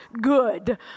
good